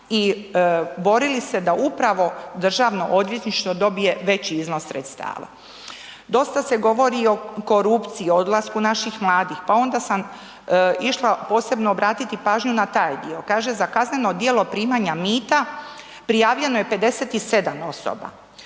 i borili se da upravo Državno odvjetništvo dobije veći iznos sredstava. Dosta se govori o korupciji, o odlasku naših mladih pa onda sam išla posebno obratiti pažnju na taj dio. kaže, za kazneno djelo primanja mita prijavljeno je 57 osoba